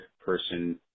person